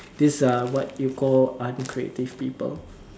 this are what you call uncreative people